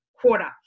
Quarter